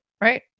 right